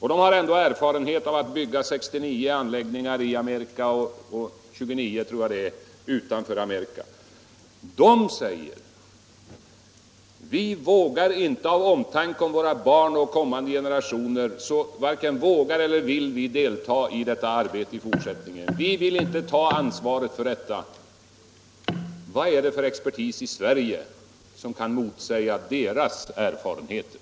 De har erfarenhet från 69 anläggningar i Amerika och 29, tror jag det är, utanför Amerika som de har varit med om att bygga. De säger: ”Av omtanke om våra barn och kommande generationer varken vågar eller vill vi delta i detta arbete i fortsättningen. Vi vill inte ta ansvaret för detta.” Vilken expertis i Sverige kan motsäga deras erfarenheter?